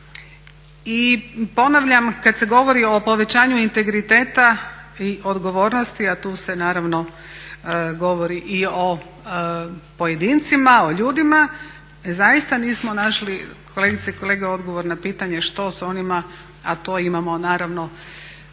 I ponavljam, kad se govori o povećanju integriteta i odgovornosti, a tu se naravno govori i o pojedincima, o ljudima, zaista nismo našli odgovor na pitanje što s onima, a to imamo naravno